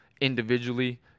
individually